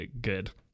good